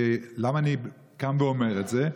ולמה אני קם ואומר את זה?